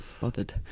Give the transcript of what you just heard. bothered